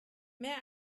mehr